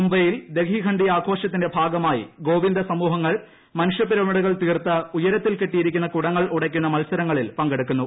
മുംബൈയിൽ ദഹി ഹണ്ഡി ആഘോഷത്തിന്റെ ഭാഗമായി ഗോവിന്ദ സമൂഹങ്ങൾ മനുഷ്യ പിരമിഡുകൾ തീർത്ത് ഉയരത്തിൽ കെട്ടിയിരിക്കുന്ന കുടങ്ങൾ ഉടയ്ക്കുന്ന മത്സരങ്ങളിൽ പങ്കെടുക്കുന്നു